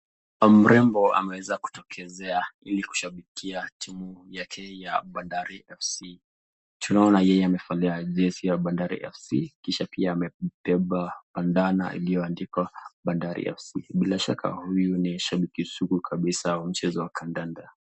Mrembo ameweza kuokezea ili kushabikia tiu ya Bandari Fc.Tunaona yeye amevalia jezi ya Bandari FC,kisha pia amebeba bandana iliyoondikwa Bandari FC.Bil shaka huyu ni habiki sugu kabisa wa mchezo wa kandanda.